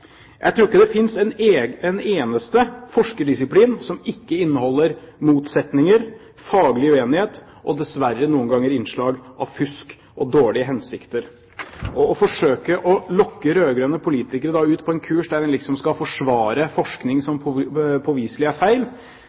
Jeg tror ikke det finnes en eneste forskerdisiplin som ikke inneholder motsetninger, faglig uenighet og – dessverre – noen ganger innslag av fusk og dårlige hensikter. Å forsøke å lokke rød-grønne politikere ut på en kurs der en liksom skal forsvare forskning som påviselig er feil,